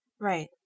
Right